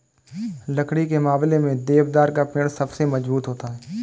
लकड़ी के मामले में देवदार का पेड़ सबसे मज़बूत होता है